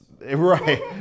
Right